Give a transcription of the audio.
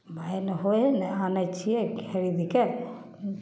पाइ ने होय ने आनै छियै खरीद कऽ